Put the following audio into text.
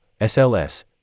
SLS